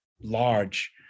large